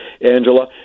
Angela